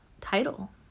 title